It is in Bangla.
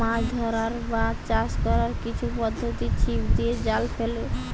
মাছ ধরার বা চাষ কোরার কিছু পদ্ধোতি ছিপ দিয়ে, জাল ফেলে